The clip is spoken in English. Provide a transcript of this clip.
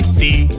see